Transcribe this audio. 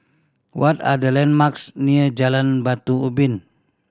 what are the landmarks near Jalan Batu Ubin